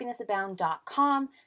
happinessabound.com